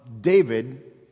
David